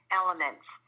elements